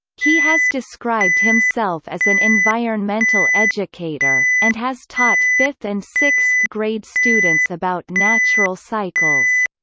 he has described himself as an environmental educator, and has taught fifth and sixth grade students about natural cycles.